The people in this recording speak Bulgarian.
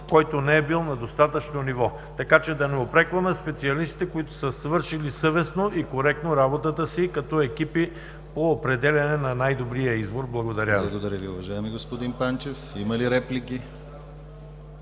който не е бил на достатъчно ниво. Да не упрекваме специалистите, които са свършили съвестно и коректно работата си като екипи по определяне на най-добрия избор. Благодаря Ви. ПРЕДСЕДАТЕЛ ДИМИТЪР ГЛАВЧЕВ: Благодаря Ви, уважаеми господин Панчев. Има ли реплики?